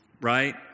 right